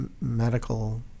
medical